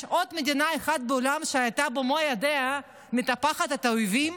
יש עוד מדינה אחת בעולם שהייתה במו ידיה מטפחת את האויבים?